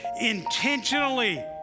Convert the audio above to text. intentionally